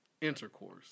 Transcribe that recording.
intercourse